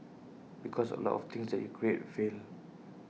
because A lot of things that you create fail